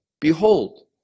behold